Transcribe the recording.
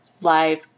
live